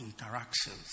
interactions